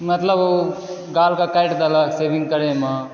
मतलब ओ गाल के काटि देलक शेविंग करयमे